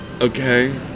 okay